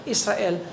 Israel